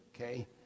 okay